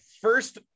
first